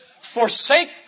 forsake